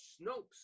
Snopes